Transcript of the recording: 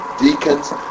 deacons